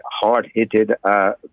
hard-hitted